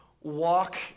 walk